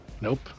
Nope